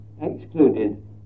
excluded